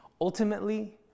Ultimately